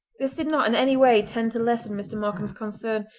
this did not in any way tend to lessen mr. markam's concern,